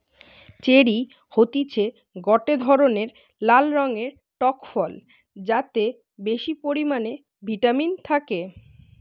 cherry হতিছে গটে ধরণের লাল রঙের টক ফল যাতে বেশি পরিমানে ভিটামিন থাকে